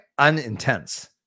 unintense